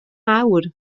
awr